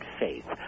faith